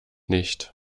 nicht